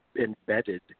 Embedded